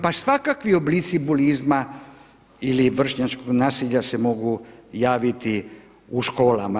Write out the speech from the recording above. Pa svakakvi oblici bulizma ili vršnjačkog nasilja se mogu javiti u školama.